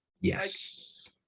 Yes